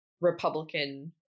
republican